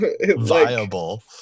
viable